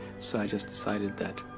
so i just decided that.